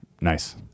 Nice